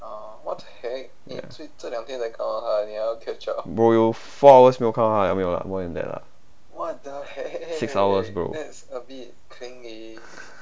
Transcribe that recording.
bro 我有 four hours 没有看到她没有啦 more than that lah six hours bro